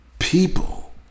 people